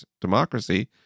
democracy